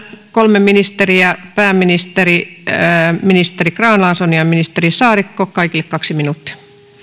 kolme ministeriä pääministeri ministeri grahn laasonen ja ministeri saarikko kaikille kaksi minuuttia